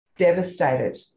devastated